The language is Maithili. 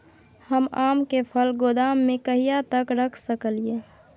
हम आम के फल गोदाम में कहिया तक रख सकलियै?